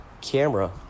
camera